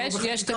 יש, יש תקדים.